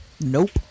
Nope